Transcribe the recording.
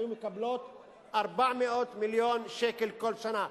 היו מקבלות 400 מיליון שקל כל שנה.